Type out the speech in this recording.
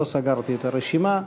לא סגרתי את הרשימה,